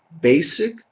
basic